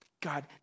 God